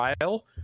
trial